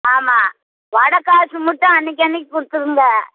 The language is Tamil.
ஆமாம் வடைக் காசு மட்டும் அன்றைக்கி அன்றைக்கி கொடுத்துருங்க